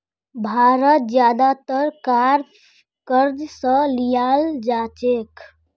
भारत ज्यादातर कार क़र्ज़ स लीयाल जा छेक